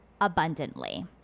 abundantly